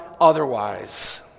otherwise